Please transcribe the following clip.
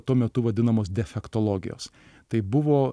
tuo metu vadinamos defektologijos tai buvo